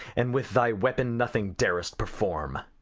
and with thy weapon nothing dar'st perform.